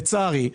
לצערי,